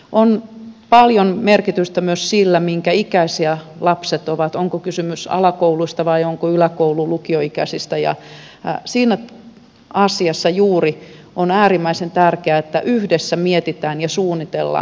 on paljon merkitystä myös sillä minkä ikäisiä lapset ovat onko kysymys alakouluista vai onko yläkoulu lukioikäisistä ja siinä asiassa juuri on äärimmäisen tärkeää että yhdessä mietitään ja suunnitellaan